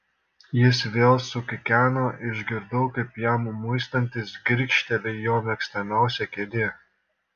jis vėl sukikeno išgirdau kaip jam muistantis girgžteli jo mėgstamiausia kėdė